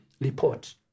report